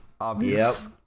Obvious